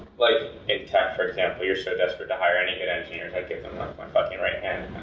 like, in tech for example, you're so desperate to hire any good engineer, i'd give them my fucking right hand